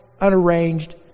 unarranged